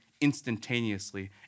instantaneously